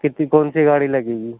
کتی کون سی گاڑی لگے گی